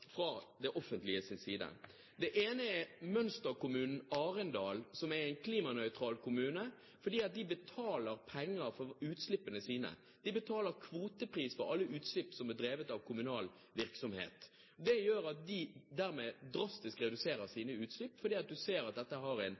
fra arbeidet vårt i komiteen ser mulighetene for store utslippsreduksjoner fra det offentliges side. Mønsterkommunen Arendal er en klimanøytral kommune fordi de betaler penger for utslippene sine. De betaler kvotepris for alle utslipp fra kommunal virksomhet. Det gjør at de dermed drastisk reduserer sine utslipp fordi de ser at dette har en